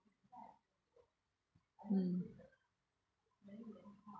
mm